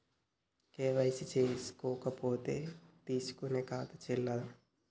KYC చేసుకోకపోతే తీసుకునే ఖాతా చెల్లదా?